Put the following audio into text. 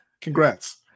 Congrats